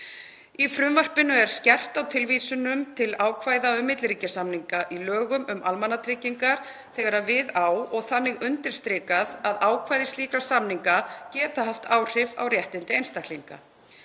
Í frumvarpinu er skerpt á tilvísunum til ákvæða um milliríkjasamninga í lögum um almannatryggingar þegar við á og þannig undirstrikað að ákvæði slíkra samninga geta haft áhrif á réttindi einstaklinga.